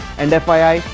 and fyi,